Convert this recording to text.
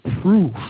proof